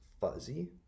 fuzzy